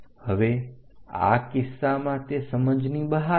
હવે આ કિસ્સામાં તે સમજની બહાર છે